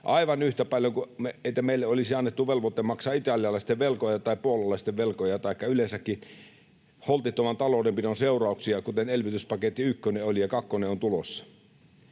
aivan yhtä paljon kuin meille olisi annettu velvoite maksaa italialaisten velkoja tai puolalaisen velkoja taikka yleensäkin holtittoman taloudenpidon seurauksia, kuten elvytyspaketti ykkönen oli — ja kakkonen on tulossa.